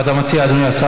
מה אתה מציע, אדוני השר?